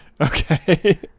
okay